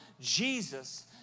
Jesus